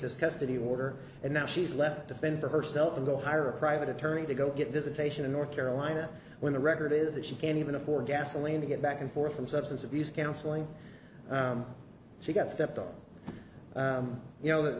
this custody order and now she's left to fend for herself and go hire a private attorney to go get visitation in north carolina where the record is that she can't even afford gasoline to get back and forth from substance abuse counseling she got stepped on you know